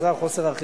אסור לי, העירו לי